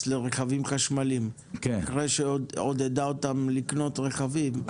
לרכבים חשמליים אחרי שעודדה אותם לקנות רכבים,